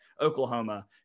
Oklahoma